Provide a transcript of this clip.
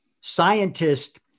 Scientists